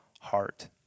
heart